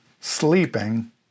sleeping